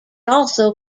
also